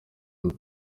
mbi